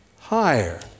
higher